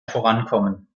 vorankommen